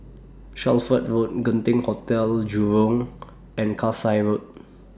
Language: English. Shelford Road Genting Hotel Jurong and Kasai Road